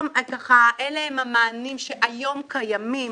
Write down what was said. אלה הם המענים שהיום קיימים.